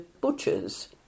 butchers